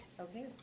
Okay